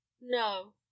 No